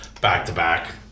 back-to-back